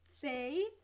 say